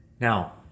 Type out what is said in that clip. Now